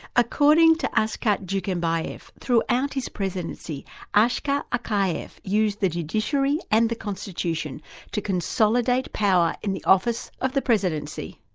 according to askat dukenbaev, throughout his presidency askar akayev used the judiciary and the constitution to consolidate power in the office of the presidency.